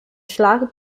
schlag